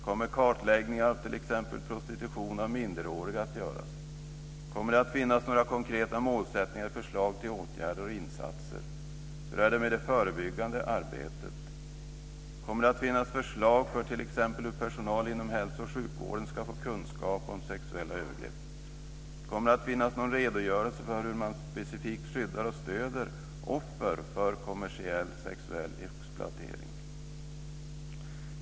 Kommer kartläggningar av t.ex. prostitution av minderåriga att göras? Kommer det att finnas några konkreta målsättningar eller förslag till åtgärder och insatser? Hur är det med det förebyggande arbetet? Kommer det att finnas förslag till hur t.ex. personal inom hälso och sjukvården ska få kunskap om sexuella övergrepp? Kommer det att finnas någon redogörelse för hur man specifikt skyddar och stöder offer för kommersiell sexuell exploatering?